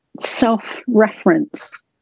self-reference